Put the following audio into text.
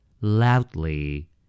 Loudly